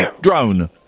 drone